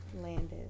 landed